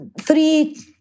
three